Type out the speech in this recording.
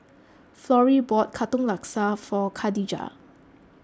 Florrie bought Katong Laksa for Khadijah